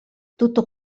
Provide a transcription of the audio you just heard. tutto